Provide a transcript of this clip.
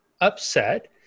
upset